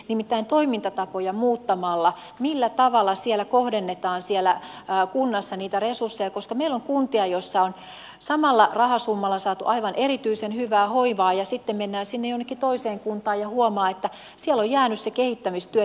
nimittäin toimintatapoja on muutettava millä tavalla siellä kohdennetaan siellä kunnassa niitä resursseja koska meillä on kuntia joissa on samalla rahasummalla saatu aivan erityisen hyvää hoivaa ja sitten mennään sinne jonnekin toiseen kuntaan ja huomataan että siellä on jäänyt se kehittämistyö tekemättä